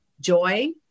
joy